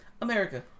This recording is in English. America